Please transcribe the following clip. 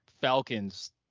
Falcons